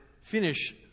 finish